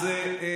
נכון, זוכר.